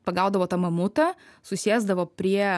pagaudavo tą mamutą susėsdavo prie